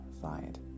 side